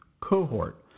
Cohort